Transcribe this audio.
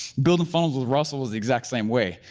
building funnels with russel was the exact same way.